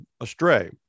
astray